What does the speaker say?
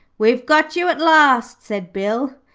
we've got you at last said bill,